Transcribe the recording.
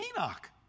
Enoch